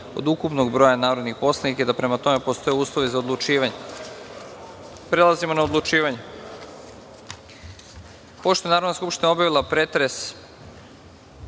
od ukupnog broja narodnih poslanika i da prema tome postoji uslovi za odlučivanje. Prelazimo na odlučivanje. Pošto je Narodna skupština obavila pretres